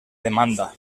demanda